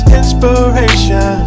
inspiration